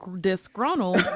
disgruntled